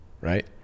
right